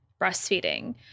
breastfeeding